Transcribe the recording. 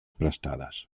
prestades